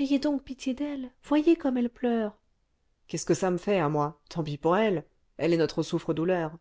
ayez donc pitié d'elle voyez comme elle pleure qu'est-ce que ça me fait à moi tant pis pour elle elle est notre souffre-douleur